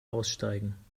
aussteigen